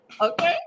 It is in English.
Okay